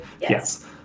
yes